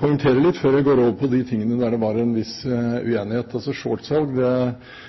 poengtere litt før jeg går over på de tingene der det er en viss uenighet.